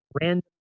random